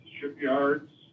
shipyards